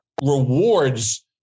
rewards